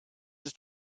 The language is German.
ist